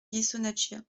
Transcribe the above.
ghisonaccia